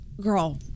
Girl